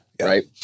Right